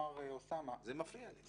זה מפריע לי.